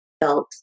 felt